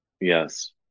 Yes